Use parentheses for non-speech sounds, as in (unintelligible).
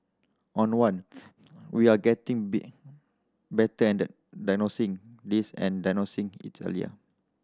on one (noise) we are getting (unintelligible) better at diagnosing this and diagnosing it earlier